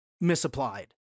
misapplied